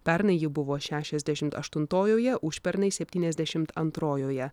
pernai ji buvo šešiasdešimt aštuntojoje užpernai septyniasdešimt antrojoje